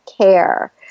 care